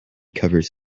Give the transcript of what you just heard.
covers